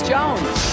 Jones